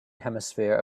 hemisphere